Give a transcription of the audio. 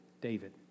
David